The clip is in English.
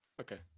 okay